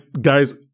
Guys